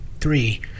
three